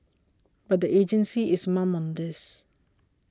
but the agency is mum on this